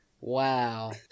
wow